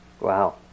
Wow